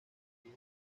mayo